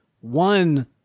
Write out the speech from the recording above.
one